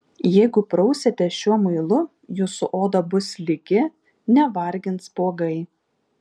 jeigu prausitės šiuo muilu jūsų oda bus lygi nevargins spuogai